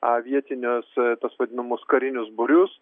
a vietinius tuos vadinamus karinius būrius